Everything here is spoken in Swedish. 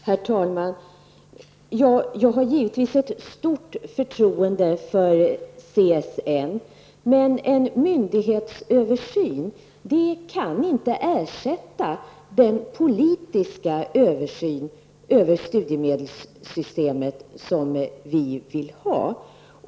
Herr talman! Jag har givetvis ett stort förtroende för CSN. Men en myndighetsöversyn kan inte ersätta den politiska översyn över studiemedelssystemet som vi vill ha.